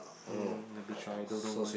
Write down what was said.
mm which I don't know where